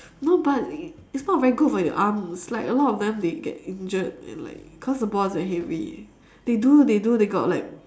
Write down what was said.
no but it's not very good for your arms like a lot of them they get injured and like cause the ball is very heavy they do they do they got like